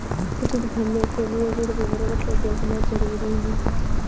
ऋण भरने के लिए ऋण विवरण को देखना ज़रूरी है